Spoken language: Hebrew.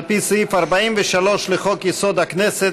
הכנסת,